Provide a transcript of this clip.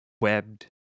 webbed